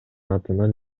атынан